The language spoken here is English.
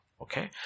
Okay